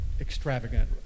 extravagant